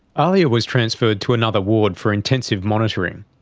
ahlia was transferred to another ward for intensive monitoring.